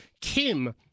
Kim